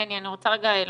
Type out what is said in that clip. מני, אני רוצה רגע למקד.